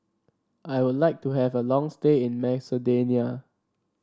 I would like to have a long stay in Macedonia